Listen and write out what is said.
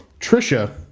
Trisha